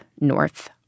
North